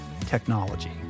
technology